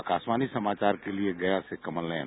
आकारावाणी समाचार के लिए गया से कमल नयन